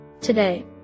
Today